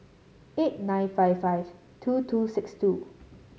eight nine five five two two six two